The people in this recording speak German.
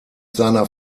seiner